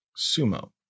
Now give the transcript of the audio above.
Sumo